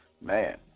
Man